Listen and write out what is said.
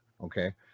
okay